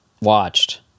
watched